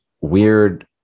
weird